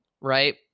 right